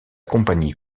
compagnie